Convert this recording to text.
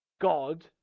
God